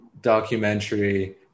documentary